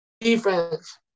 Defense